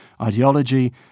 ideology